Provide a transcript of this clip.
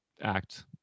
act